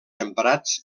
emprats